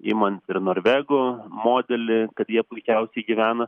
imant ir norvegų modelį kad jie puikiausiai gyvena